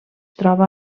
troba